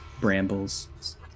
brambles